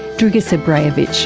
dragica brayovic.